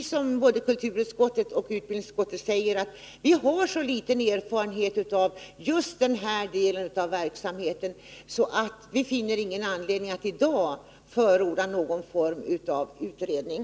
Som kulturutskottet och utbildningsutskottet säger har vi så liten erfarenhet av just den delen av verksamheten att det inte finns någon anledning att i dag förorda någon form av utredning.